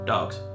Dogs